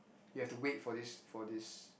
you have to wait for this for this